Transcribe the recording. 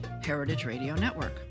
heritageradionetwork